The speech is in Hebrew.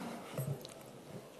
המסתייגים,